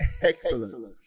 excellent